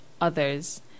others